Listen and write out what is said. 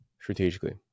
strategically